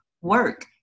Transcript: work